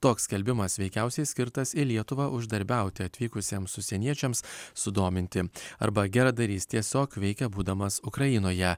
toks skelbimas veikiausiai skirtas į lietuvą uždarbiauti atvykusiems užsieniečiams sudominti arba geradarys tiesiog veikė būdamas ukrainoje